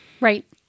Right